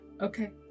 Okay